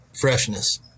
freshness